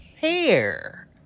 hair